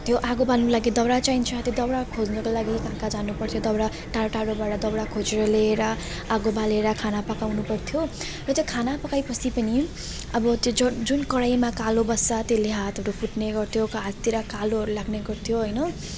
त्यो आगो बाल्नु लागि दाउरा चाहिन्छ त्यो दाउरा खोज्नुको लागि कहाँ कहाँ जानुपर्थ्यो दाउरा टाढा टाढाबाट दाउरा खोजेर ल्याएर आगो बालेर खाना पकाउनु पर्थ्यो र त्यो खाना पकाएपछि पनि अब त्यो ज जुन कराईमा कालो बस्छ त्यसले हातहरू फुट्ने गर्थ्यो हाततिर कालोहरू लाग्ने गर्थ्यो हैन